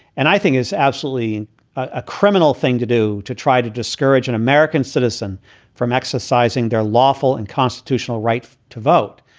and i think is absolutely a criminal thing to do to try to discourage an and american citizen from exercising their lawful and constitutional right to vote.